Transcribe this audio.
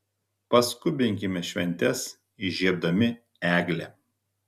paskubinkime šventes įžiebdami eglę